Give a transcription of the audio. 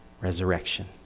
resurrection